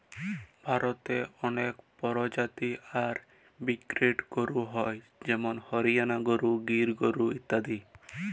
ভারতে অলেক পরজাতি আর ব্রিডের গরু হ্য় যেমল হরিয়ালা গরু, গির গরু ইত্যাদি